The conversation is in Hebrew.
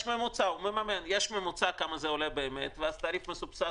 יש ממוצע כמה זה עולה באמת ואז התעריף המסובסד